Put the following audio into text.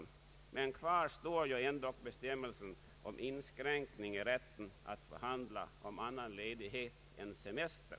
Men kvar står dock bestämmelsen om inskränkning i rätten att förhandla om annan ledighet än semester.